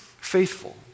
faithful